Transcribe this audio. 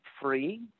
free